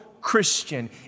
Christian